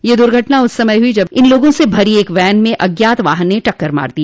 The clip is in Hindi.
यह दुर्घटना उस समय हुई जब इन लोगों से भरी एक वैन में अज्ञात वाहन ने टक्कर मार दी